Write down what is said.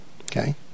Okay